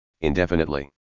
indefinitely